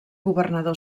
governador